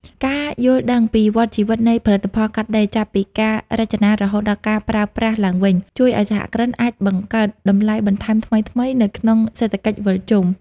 ការយល់ដឹងពីវដ្តជីវិតនៃផលិតផលកាត់ដេរ ចាប់ពីការរចនារហូតដល់ការប្រើប្រាស់ឡើងវិញ ជួយឱ្យសហគ្រិនអាចបង្កើតតម្លៃបន្ថែមថ្មីៗនៅក្នុងសេដ្ឋកិច្ចវិលជុំ។